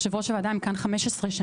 יושב ראש הוועדה הם כאן 15 שנים,